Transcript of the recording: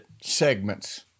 segments